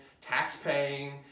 tax-paying